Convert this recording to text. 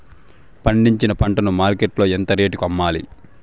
పండించిన పంట ను మార్కెట్ లో ఎంత రేటుకి అమ్మాలి?